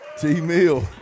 T-Mill